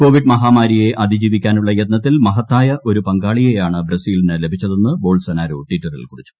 Covid മഹാമാരിയെ അതിജീവിക്കാനുളള യത്നത്തിൽ മ്ഹത്തായ ഒരു പങ്കാളിയെയാണ് ബ്രസീലിന് ലഭിച്ചതെന്ന് പ്രബ്ബോൾസൊനാരോ ടിറ്ററിൽ കുറിച്ചു